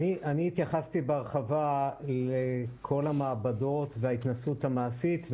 התייחסתי בהרחבה לכל המעבדות וההתנסות המעשית.